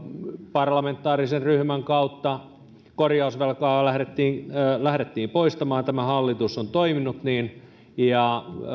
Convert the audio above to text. parlamentaarisen ryhmän kautta korjausvelkaa lähdettiin lähdettiin poistamaan tämä hallitus on toiminut niin ja